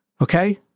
Okay